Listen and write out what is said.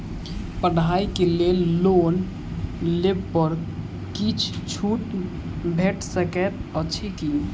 पढ़ाई केँ लेल लोन लेबऽ पर किछ छुट भैट सकैत अछि की?